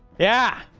yeah